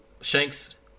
Shanks